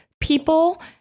people